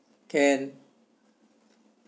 can